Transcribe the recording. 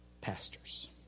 pastors